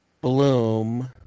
Bloom